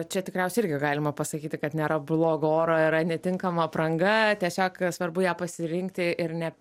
čia tikriausiai irgi galima pasakyti kad nėra blogo oro yra netinkama apranga tiesiog svarbu ją pasirinkti ir ne